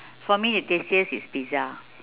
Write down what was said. for me the tastiest is pizza